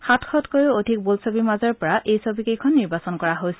সাতশতকৈ অধিক বোলছবিৰ মাজৰ পৰা এই ছবিকেইখন নিৰ্বাচন কৰা হৈছে